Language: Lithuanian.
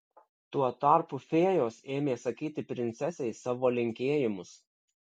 tuo tarpu fėjos ėmė sakyti princesei savo linkėjimus